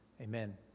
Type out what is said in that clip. amen